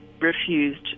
refused